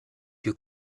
più